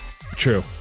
True